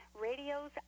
Radio's